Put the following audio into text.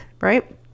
right